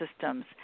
systems